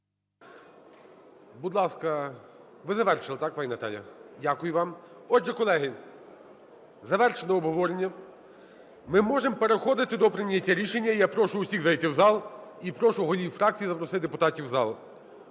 Будь ласка. Ви завершили, так, пані Наталія? Дякую вам. Отже, колеги, завершено обговорення. Ми можемо переходити до прийняття рішення. І я прошу усіх зайти в зал і прошу голів фракцій запросити депутатів в зал.